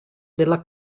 della